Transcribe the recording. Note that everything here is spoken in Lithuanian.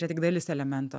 čia tik dalis elemento